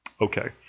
Okay